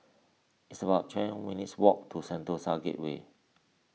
it's about ten minutes' walk to Sentosa Gateway